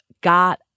got